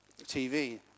TV